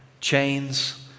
Chains